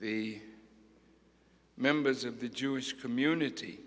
the members of the jewish community